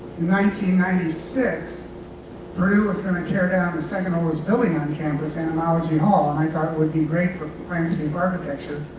ninety ninety six, purdue was going to tear down the second-oldest building on campus, entomology hall, and i thought it would be great for propensity of architecture,